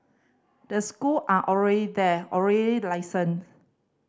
the school are already there already licensed